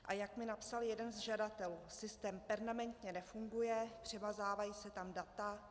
A jak mi napsal jeden z žadatelů, systém permanentně nefunguje, přemazávají se tam data.